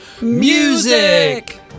music